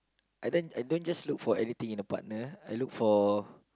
I don't I don't just look for anything in a partner I look for